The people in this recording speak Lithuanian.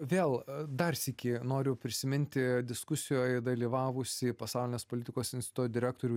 vėl dar sykį noriu prisiminti diskusijoj dalyvavusį pasaulinės politikos instituto direktorių